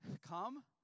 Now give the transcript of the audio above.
Come